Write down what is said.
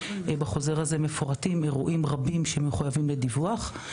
בחוזר הזה מפורטים אירועים רבים שמחויבים בדיווח.